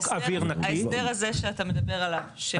ההסדר הזה שאתה מדבר עליו.